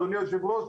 אדוני היושב-ראש,